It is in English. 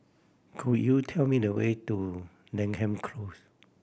could you tell me the way to Denham Close